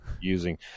using